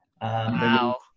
Wow